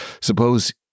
Suppose